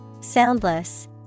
Soundless